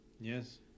Yes